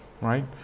right